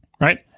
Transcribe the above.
right